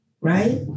right